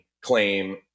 claim